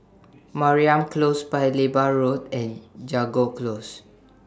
Mariam Close Paya Lebar Road and Jago Close